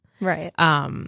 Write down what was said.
Right